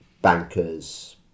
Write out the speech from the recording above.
bankers